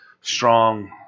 strong